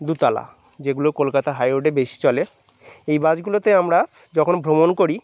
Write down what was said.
দোতলা যেগুলো কলকাতা হাই রোডে বেশি চলে এই বাসগুলোতে আমরা যখন ভ্রমণ করি